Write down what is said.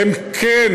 הן כן,